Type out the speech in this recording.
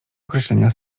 określenia